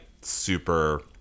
super